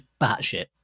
batshit